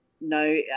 No